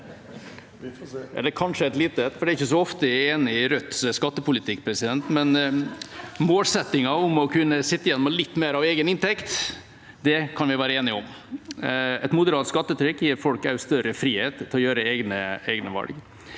det er ikke så ofte jeg er enig i Rødts skattepolitikk, men målsettingen om å kunne sitte igjen med litt mer av egen inntekt kan vi være enige om. Et moderat skattetrykk gir også folk større frihet til å gjøre egne valg.